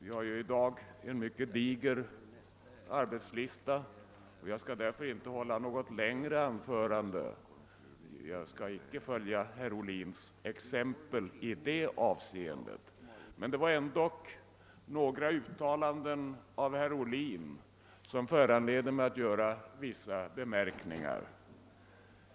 I dag har vi en mycket diger arbetslista, och jag skall därför inte hålla något längre anförande; jag vill inte följa herr Ohlins exempel i det avseendet. Men några av herr Ohlins uttalanden föranleder mig att göra vissa bemärkningar.